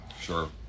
Sure